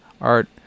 art